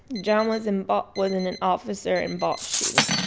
jon was in but was in an officer-involved shooting.